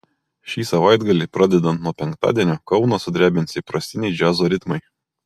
šį savaitgalį pradedant nuo penktadienio kauną sudrebins įprastiniai džiazo ritmai